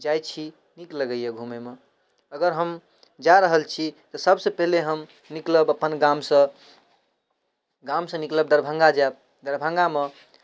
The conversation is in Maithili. जाइ छी नीक लगै यऽ घुमैमे अगर हम जा रहल छी तऽ सबसँ पहिले हम निकलब अपन गाँमसँ गाँमसँ निकलब दरभङ्गा जायब दरभङ्गामे